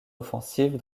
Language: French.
offensive